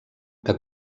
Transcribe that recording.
que